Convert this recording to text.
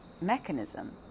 mechanism